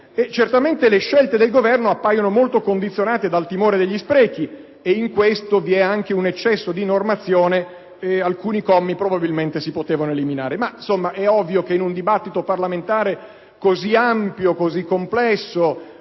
autonomia. Le scelte del Governo appaiono molto condizionate dal timore degli sprechi e ciò ha prodotto anche un eccesso di normazione, per cui alcuni commi probabilmente si potevano eliminare. Ma in un dibattito parlamentare così ampio, così complesso,